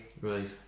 right